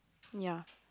ya